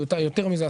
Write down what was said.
ויותר מזה,